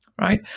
right